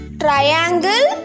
triangle